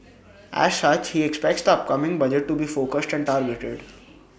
as such he expects the upcoming budget to be focused and targeted